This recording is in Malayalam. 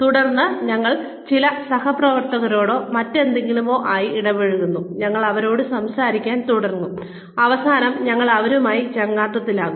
തുടർന്ന് ഞങ്ങൾ ചില സഹപ്രവർത്തകരോടോ മറ്റെന്തെങ്കിലുമോ ആയി ഇടപഴകുന്നു ഞങ്ങൾ അവരോട് സംസാരിക്കാൻ തുടങ്ങും അവസാനം ഞങ്ങൾ അവരുമായി ചങ്ങാത്തത്തിലാകും